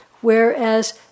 Whereas